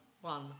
one